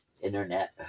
internet